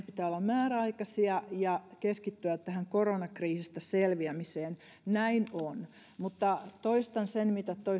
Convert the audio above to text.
pitää olla määräaikaisia ja keskittyä tähän koronakriisistä selviämiseen näin on mutta toistan sen mitä